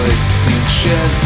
Extinction